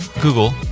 Google